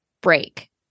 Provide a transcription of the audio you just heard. break